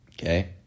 Okay